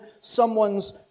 someone's